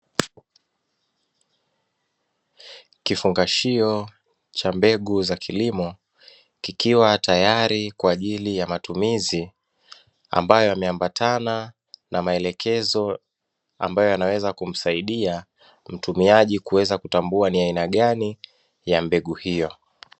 Kifungashio cha mbegu za kilimo kikiwa tayari kwa ajili ya matumizi ambayo yameambatana na maelekezo, ambayo yanaweza kumsaidia mtumiaji kuweza kutambua ni aina gani ya mbegu hiyo.